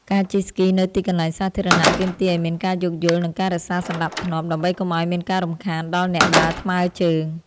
ការជិះស្គីនៅទីកន្លែងសាធារណៈ ទាមទារឱ្យមានការយោគយល់ និងការរក្សាសណ្ដាប់ធ្នាប់ ដើម្បីកុំឱ្យមានការរំខានដល់អ្នកដើរថ្មើរជើង។